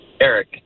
eric